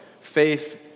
faith